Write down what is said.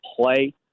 play